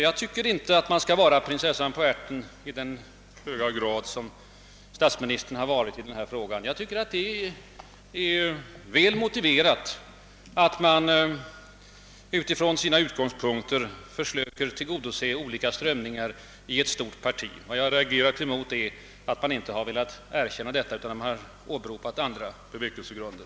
Jag tycker inte att man skall vara prinsessan på ärten i så hög grad som statsministern har varit. Det är enligt min mening väl motiverat att man utifrån sina utgångspunkter försöker tillgodose olika strömningar i ett stort parti. Vad jag har reagerat emot är att man inte har velat erkänna det utan har åberopat andra bevekelsegrunder.